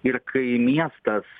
ir kai miestas